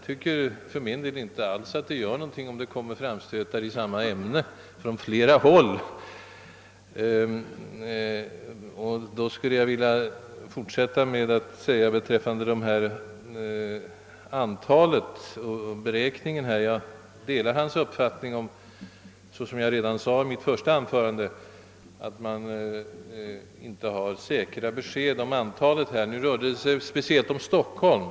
Det gör alls ingenting, tycker jag, om det kommer framstötar i samma ämne från flera håll. Jag skulle gärna vilja säga ytterligare några ord beträffande antalet hemlösa. Jag delar herr Carlshamres uppfattning om oklarheten därvidlag. Som jag sade redan i mitt första anförande har man inte några säkra besked om antalet. »Mina» siffror rörde speciellt Stockholm.